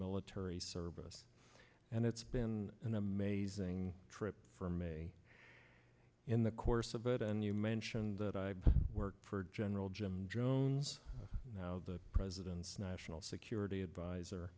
military service and it's been an amazing trip from a in the course of it and you mentioned that i've worked for general jim jones now the president's national security advisor